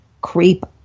creep